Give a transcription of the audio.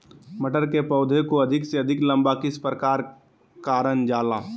मटर के पौधा को अधिक से अधिक लंबा किस प्रकार कारण जाला?